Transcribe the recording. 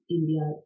India